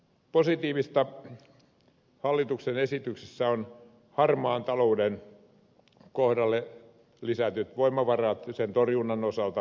positiivista hallituksen esityksessä on harmaan talouden kohdalle lisätyt voimavarat sen torjunnan osalta